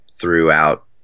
throughout